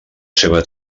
seva